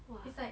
!wah!